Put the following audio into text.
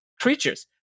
creatures